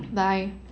bye